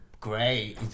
great